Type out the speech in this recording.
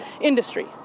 industry